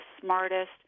smartest